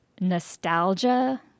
nostalgia